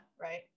right